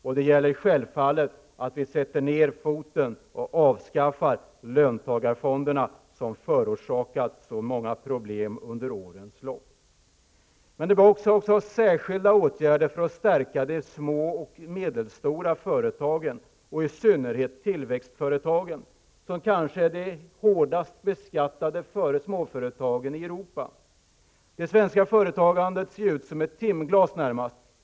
Och det gäller självfallet att vi sätter ner foten och avskaffar löntagarfonderna, som förorsakat så många problem under årens lopp. Men det behövs också särskilda åtgärder för att stärka de små och medelstora företagen och i synnerhet tillväxtföretagen, som kanske är de hårdast beskattade småföretagen i Europa. Det svenska företagandet ser ut som ett timglas.